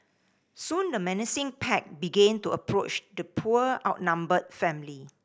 soon the menacing pack began to approach the poor outnumbered family